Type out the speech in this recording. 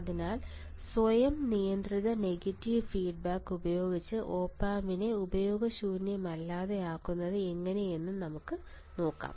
അതിനാൽ സ്വയം നിയന്ത്രിത നെഗറ്റീവ് ഫീഡ്ബാക്ക് ഉപയോഗിച്ച് op ampനെ ഉപയോഗശൂന്യം അല്ലാതെ ആക്കുന്നത് എങ്ങനെ എന്ന് നമുക്ക് നോക്കാം